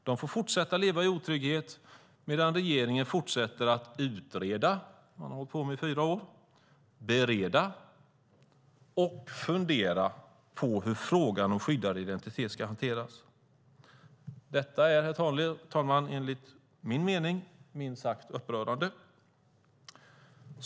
De får fortsätta att leva i otrygghet medan regeringen fortsätter att utreda - det har man hållit på med i fyra år - bereda och fundera på hur frågan om skyddad identitet ska hanteras. Detta är enligt min mening, herr talman, minst sagt upprörande.